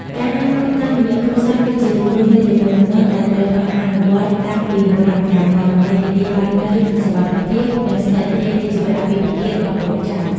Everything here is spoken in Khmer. ការណែនាំតាមរយៈគ្រួសារគឺជាទម្រង់នៃទំនាក់ទំនង ដែលត្រូវបានអនុវត្តតាំងពីបុរាណកាលមក ដើម្បីធានាបាននូវសុវត្ថិភាព និងស្ថិរភាពនៃជីវិតអាពាហ៍ពិពាហ៍របស់កូនចៅ។